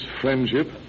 friendship